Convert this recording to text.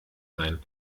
sein